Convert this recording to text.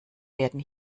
werden